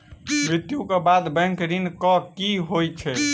मृत्यु कऽ बाद बैंक ऋण कऽ की होइ है?